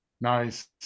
Nice